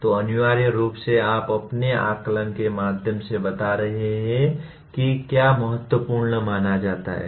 तो अनिवार्य रूप से आप अपने आकलन के माध्यम से बता रहे हैं कि क्या महत्वपूर्ण माना जाता है